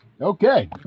Okay